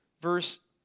Verse